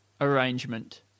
arrangement